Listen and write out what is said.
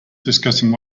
discussing